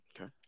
Okay